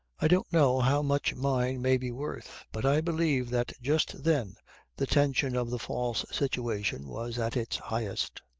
i don't know how much mine may be worth but i believe that just then the tension of the false situation was at its highest.